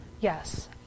Yes